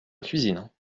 cuisine